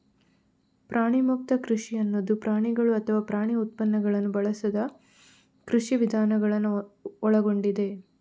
ಪ್ರಾಣಿಮುಕ್ತ ಕೃಷಿ ಅನ್ನುದು ಪ್ರಾಣಿಗಳು ಅಥವಾ ಪ್ರಾಣಿ ಉತ್ಪನ್ನಗಳನ್ನ ಬಳಸದ ಕೃಷಿ ವಿಧಾನಗಳನ್ನ ಒಳಗೊಂಡಿದೆ